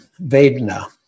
Vedna